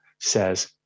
says